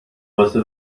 واسه